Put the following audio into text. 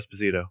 esposito